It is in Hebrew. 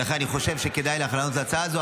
ולכן אני חושב שכדאי לך להיענות להצעה הזו,